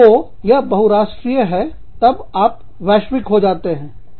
तो यह बहुराष्ट्रीय है तब आप वैश्विक हो जाते हो